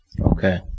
okay